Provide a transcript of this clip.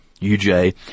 UJ